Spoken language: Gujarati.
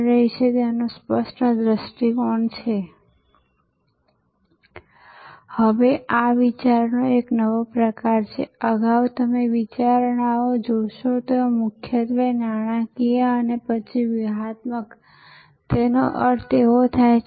મેં મારું ટેગિંગ જાતે કર્યું અને હું તેને એક ચોક્કસ રસ્તા પર લઈ ગયો અને ત્યાં બારકોડ વાંચન હતા અને એકવાર મારા સામાનની સ્ટ્રીપ્સ વાંચી લેવામાં આવી મેં તેને જાતે કન્વેયર પર મૂકી દીધી અને સામાન ગયો અને મને તે બરાબર પાછો મળ્યો છે